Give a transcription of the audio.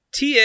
TA